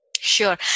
Sure